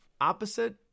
opposite